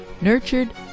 nurtured